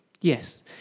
Yes